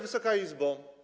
Wysoka Izbo!